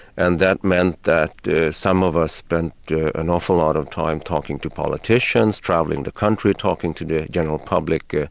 and that meant that some of us spent an awful lot of time talking to politicians, travelling the country, talking to the general public, ah